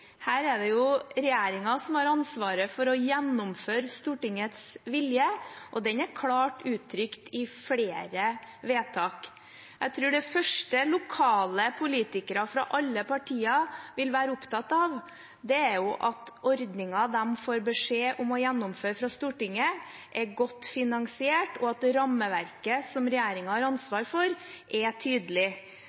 er jo regjeringen som har ansvaret for å gjennomføre Stortingets vilje, og den er klart uttrykt i flere vedtak. Jeg tror det første lokale politikere fra alle partier vil være opptatt av, er at ordningen de får beskjed fra Stortinget om å gjennomføre, er godt finansiert, og at rammeverket som regjeringen har ansvaret for, er tydelig.